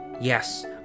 Yes